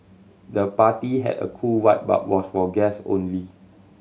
the party had a cool vibe but was for guest only